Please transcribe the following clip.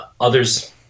others